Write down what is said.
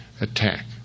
attack